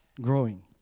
growing